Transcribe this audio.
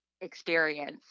experience